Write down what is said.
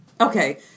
Okay